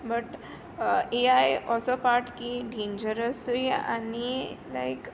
but A I असो पाटकी डेंझरसूय आनी लायक